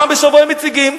פעם בשבוע הם מציגים,